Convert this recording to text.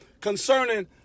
concerning